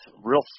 real